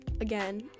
again